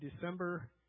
December